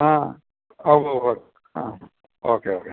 ആ ആ okay okay